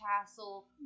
Castle